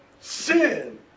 Sin